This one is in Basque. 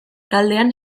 taldean